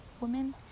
women